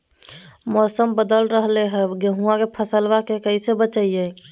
मौसम बदल रहलै है गेहूँआ के फसलबा के कैसे बचैये?